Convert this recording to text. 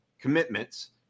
commitments